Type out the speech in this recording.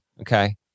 okay